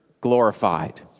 glorified